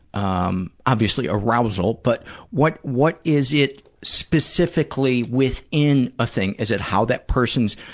um obviously arousal, but what, what is it specifically within a thing? is it how that person's,